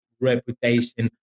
reputation